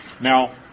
Now